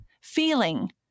feeling